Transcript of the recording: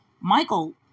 Michael